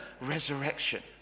resurrection